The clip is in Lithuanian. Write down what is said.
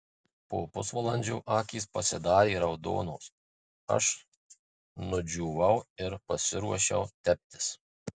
po pusvalandžio akys pasidarė raudonos aš nudžiūvau ir pasiruošiau teptis